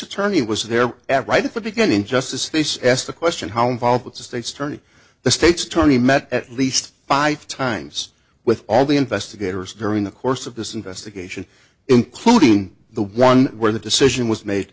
attorney was there at right at the beginning just his face asked the question how involved with the state's attorney the state's attorney met at least five times with all the investigators during the course of this investigation including the one where the decision was made